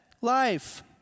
life